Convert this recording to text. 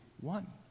one